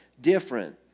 different